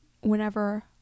whenever